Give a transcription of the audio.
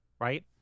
Right